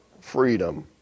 freedom